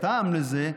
הטעם לזה,